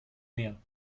mehr